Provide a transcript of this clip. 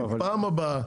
פעם הבאה,